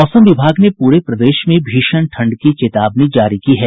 मौसम विभाग ने पूरे प्रदेश में भीषण ठंड की चेतावनी जारी की है